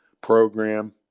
program